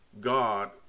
God